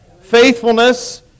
faithfulness